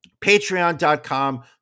Patreon.com